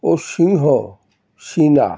ও Singh Sinha